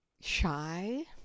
shy